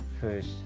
first